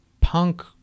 punk